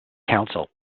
counsel